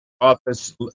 office